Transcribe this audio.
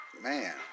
Man